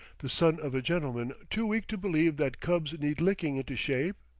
the son of a gentleman too weak to believe that cubs need licking into shape?